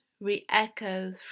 Re-echo